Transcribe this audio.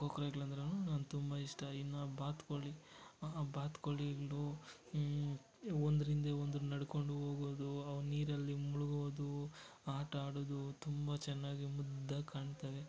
ಕೊಕ್ರೆಗಳು ಅಂದ್ರೂ ನನ್ಗೆ ತುಂಬ ಇಷ್ಟ ಇನ್ನು ಬಾತುಕೋಳಿ ಆ ಬಾತುಕೋಳಿಗಳು ಒಂದರ ಹಿಂದೆ ಒಂದರ ನಡ್ಕೊಂಡು ಹೋಗೋದು ಅವು ನೀರಲ್ಲಿ ಮುಳುಗೋದು ಆಟ ಆಡೋದು ತುಂಬ ಚೆನ್ನಾಗಿ ಮುದ್ದಾಗಿ ಕಾಣ್ತವೆ